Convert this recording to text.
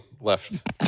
left